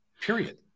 period